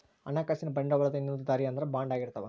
ಹಣಕಾಸಿನ ಬಂಡವಾಳದ ಇನ್ನೊಂದ್ ದಾರಿ ಅಂದ್ರ ಬಾಂಡ್ ಆಗಿರ್ತವ